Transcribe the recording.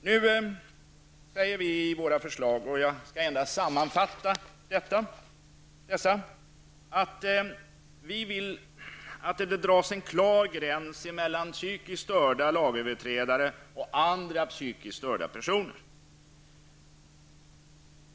Jag skall sammanfatta vad vi moderater säger i våra förslag. Vi vill att det dras en klar gräns mellan psykiskt störda lagöverträdare och andra psykiskt störda personer.